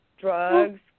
drugs